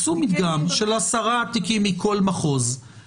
עשו מדגם של 10 תיקים מכל מחוז.